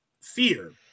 fear